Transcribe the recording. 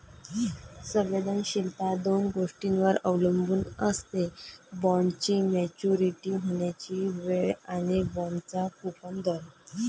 संवेदनशीलता दोन गोष्टींवर अवलंबून असते, बॉण्डची मॅच्युरिटी होण्याची वेळ आणि बाँडचा कूपन दर